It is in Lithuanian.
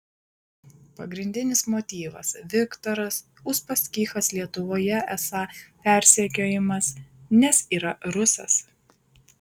pagrindinis motyvas viktoras uspaskichas lietuvoje esą persekiojamas nes yra rusas